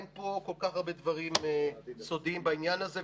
אין פה כל כך הרבה דברים סודיים בעניין הזה,